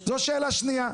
זו שאלה שנייה.